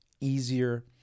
easier